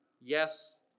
Yes